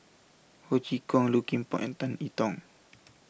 Ho Chee Kong Low Kim Pong and Tan I Tong